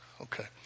okay